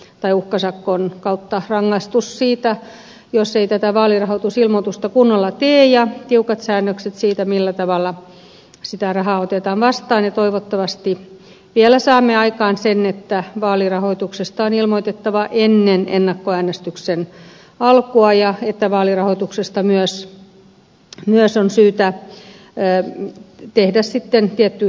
tai uhkasakon kautta rangaistus siitä jos ei tätä vaalirahoitusilmoitusta kunnolla tee ja tiukat säännökset siitä millä tavalla sitä rahaa otetaan vastaan ja toivottavasti vielä saamme aikaan sen että vaalirahoituksesta on ilmoitettava ennen ennakkoäänestyksen alkua ja vaalirahoitukseen myös on syytä tehdä sitten tietty katto